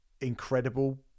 incredible